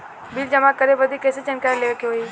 Bill जमा करे बदी कैसे जानकारी लेवे के होई?